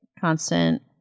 constant